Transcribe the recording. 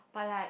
but like